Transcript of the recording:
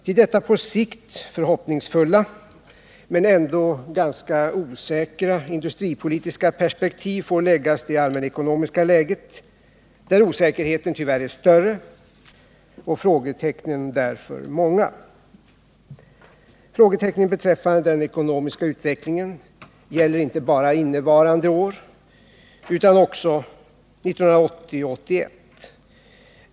Till detta på sikt förhoppningsfulla men ändå ganska osäkra industripolitiska perspektiv får läggas det allmänekonomiska läget, där osäkerheten tyvärr är större och frågetecknen därför många. Frågetecknen beträffande den ekonomiska utvecklingen gäller inte bara innevarande år utan också 1980 och 1981.